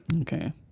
Okay